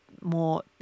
more